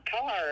car